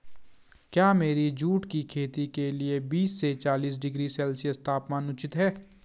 क्या मेरी जूट की खेती के लिए बीस से चालीस डिग्री सेल्सियस तापमान उचित है?